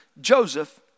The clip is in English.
Joseph